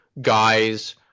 guys